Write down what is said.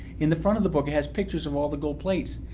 in the front of the book it has pictures of all the gold plates,